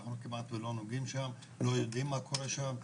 אנחנו כמעט לא יודעים מה קורה שם.